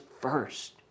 first